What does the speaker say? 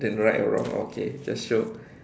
then right or wrong okay just show